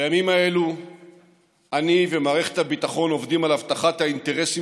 בימים אלו אני ומערכת הביטחון עובדים על הבטחת האינטרסים